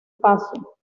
paso